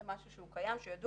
זה משהו שהוא קיים וידוע,